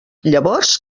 llavors